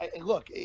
look